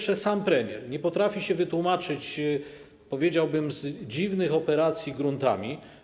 Sam premier nie potrafi się wytłumaczyć, powiedziałbym, z dziwnych operacji gruntami.